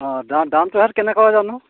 অঁ দামটোহেত কেনেকুৱা জানো